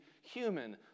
human